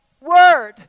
word